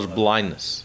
blindness